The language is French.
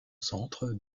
centre